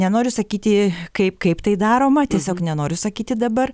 nenoriu sakyti kaip kaip tai daroma tiesiog nenoriu sakyti dabar